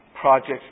Projects